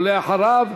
ואחריו,